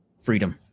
freedom